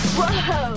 Whoa